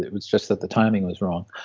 it's just that the timing was wrong.